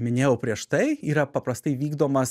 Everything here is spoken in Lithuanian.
minėjau prieš tai yra paprastai vykdomas